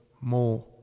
more